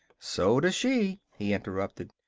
so does she, he interrupted.